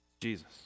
Jesus